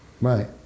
Right